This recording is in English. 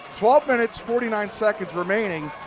twelve minutes forty nine seconds remaining